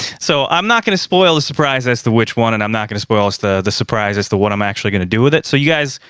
so i'm not gonna spoil the surprise as to which one and i'm not gonna spoil the the surprise as to what i'm actually gonna do with it. so you guys,